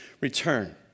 return